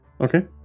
Okay